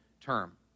term